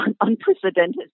unprecedented